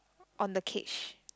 on the cage